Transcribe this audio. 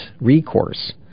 recourse